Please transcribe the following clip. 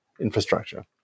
infrastructure